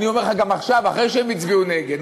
אני אומר לך גם עכשיו, אחרי שהם הצביעו נגד.